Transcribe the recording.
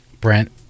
Brent